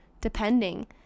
depending